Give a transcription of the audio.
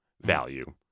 value